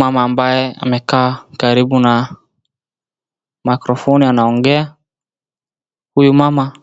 Mama ambaye amekaa karibu na maikrofoni anaongea. Huyu mama